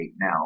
now